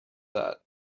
that